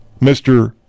Mr